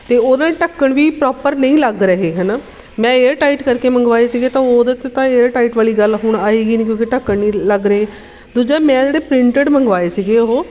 ਅਤੇ ਉਹਨਾਂ ਦੇ ਢੱਕਣ ਵੀ ਪ੍ਰੋਪਰ ਨਹੀਂ ਲੱਗ ਰਹੇ ਹੈ ਨਾ ਮੈਂ ਏਅਰ ਟਾਈਟ ਕਰਕੇ ਮੰਗਵਾਏ ਸੀਗੇ ਤਾਂ ਉਹਦੇ 'ਤੇ ਤਾਂ ਏਅਰ ਟਾਈਟ ਵਾਲੀ ਗੱਲ ਹੁਣ ਆਏਗੀ ਨਹੀਂ ਕਿਉਂਕਿ ਢੱਕਣ ਨਹੀਂ ਲੱਗ ਰਹੇ ਦੂਜਾ ਮੈਂ ਜਿਹੜੇ ਪ੍ਰਿੰਟਡ ਮੰਗਵਾਏ ਸੀਗੇ ਉਹ